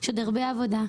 יש עוד הרבה עבודה.